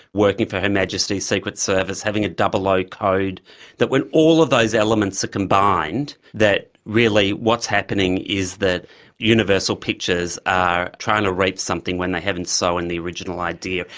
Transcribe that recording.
working for her majesty's secret service, having a zero like code that when all of those elements are combined, that really what's happening is that universal pictures are trying to reap something when they haven't sown the original idea.